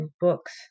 books